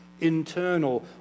internal